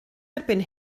erbyn